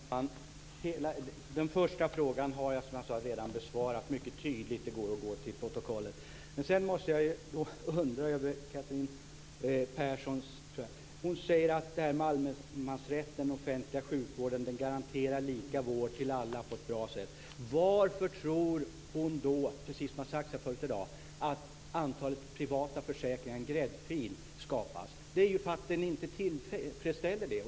Herr talman! Den första frågan har jag, som jag nyss sade, redan mycket tydligt besvarat. Det är bara att gå till protokollet för att se det. Catherine Persson talar om detta med allemansrätt och offentlig sjukvård och säger att alla garanteras lika vård på ett bra sätt. Men varför tror hon - precis som sagts här tidigare i dag - att privata försäkringar och en gräddfil skapas? Det beror ju på att det hela inte är tillfredsställande.